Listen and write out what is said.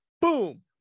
boom